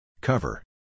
Cover